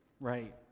Right